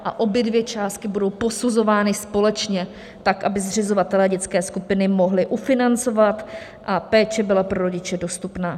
A obě částky budou posuzovány společně tak, aby zřizovatelé dětské skupiny mohli ufinancovat a péče byla pro rodiče dostupná.